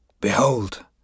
Behold